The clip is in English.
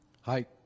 Hi